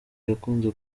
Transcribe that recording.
yakunze